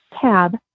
tab